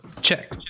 check